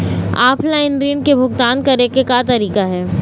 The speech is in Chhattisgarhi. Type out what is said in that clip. ऑफलाइन ऋण के भुगतान करे के का तरीका हे?